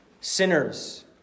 sinners